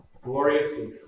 gloriously